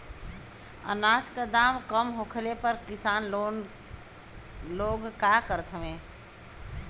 अनाज क दाम कम होखले पर किसान लोग का करत हवे?